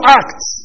acts